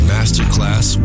Masterclass